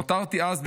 נותרתי אז,